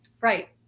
Right